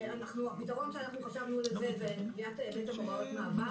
הפתרון שחשבנו לזה בהיבט של הוראות המעבר,